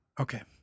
Okay